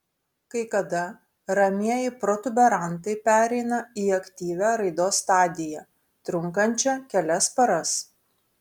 kai kada ramieji protuberantai pereina į aktyvią raidos stadiją trunkančią kelias paras